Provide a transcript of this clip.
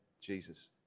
Jesus